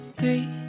Three